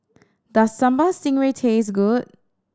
does Sambal Stingray taste good